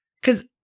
Because-